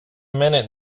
minute